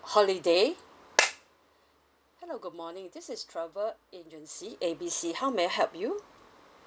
holiday hello good morning this is travel agency A B C how may I help you